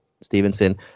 Stevenson